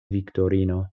viktorino